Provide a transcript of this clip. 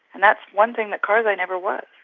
and that's one thing that karzai never was.